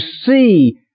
see